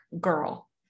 Girl